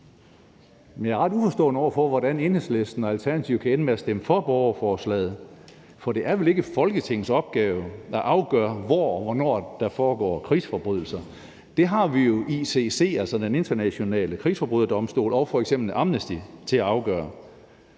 Men jeg er ret uforstående over for, hvordan Enhedslisten og Alternativet kan ende med at stemme for borgerforslaget, for det er vel ikke Folketingets opgave at afgøre, hvor og hvornår der foregår krigsforbrydelser. Det har vi jo ICC, altså Den Internationale Straffedomstol, og f.eks. Amnesty til at afgøre.